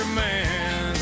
man